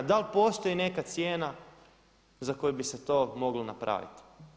Da li postoji neka cijena za koju bi se to moglo napraviti?